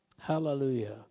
Hallelujah